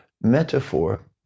metaphor